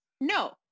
No